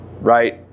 right